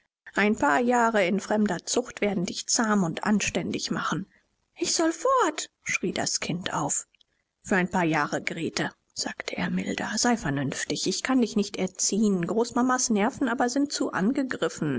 ein paar jahre in fremder zucht werden dich zahm und anständig machen ich soll fort schrie das kind auf für ein paar jahre grete sagte er milder sei vernünftig ich kann dich nicht erziehen großmamas nerven aber sind zu angegriffen